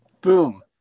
Boom